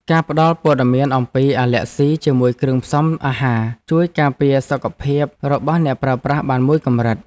ការផ្ដល់ព័ត៌មានអំពីអាឡែស៊ីជាមួយគ្រឿងផ្សំអាហារ ជួយការពារសុខភាពរបស់អ្នកប្រើប្រាស់បានមួយកម្រិត។